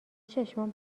چشمام